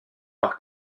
par